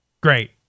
great